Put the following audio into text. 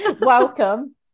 Welcome